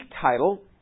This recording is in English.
title